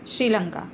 Sri Lanka